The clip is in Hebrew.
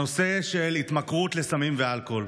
הנושא של התמכרות לסמים ואלכוהול.